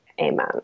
Amen